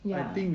ya